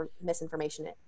misinformation